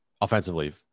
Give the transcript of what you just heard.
offensively